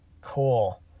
Cool